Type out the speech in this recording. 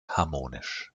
harmonisch